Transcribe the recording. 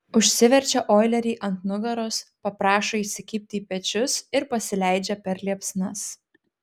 užsiverčia oilerį ant nugaros paprašo įsikibti į pečius ir pasileidžia per liepsnas